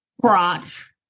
crotch